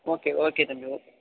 okay okay தம்பி ஓ